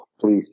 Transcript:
please